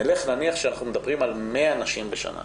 נניח שאנחנו מדברים על 100 נשים בשנה.